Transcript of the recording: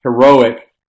heroic